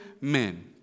men